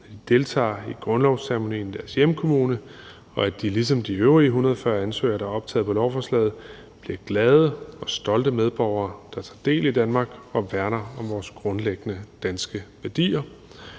når de deltager i grundlovsceremonien i deres hjemkommune, og at de ligesom de øvrige 140 ansøgere, der er optaget på lovforslaget, bliver glade og stolte medborgere, der tager del i Danmark og værner om vores grundlæggende danske værdier.